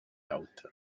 daughter